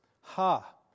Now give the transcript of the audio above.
Ha